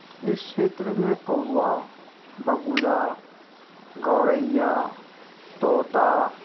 इस क्षेत्र में कौआ बगुला गौरैय्या तोता